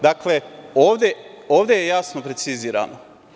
Dakle, ovde je jasno precizirano.